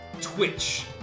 twitch